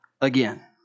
again